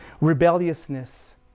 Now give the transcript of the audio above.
rebelliousness